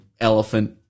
elephant